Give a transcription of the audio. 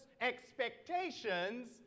expectations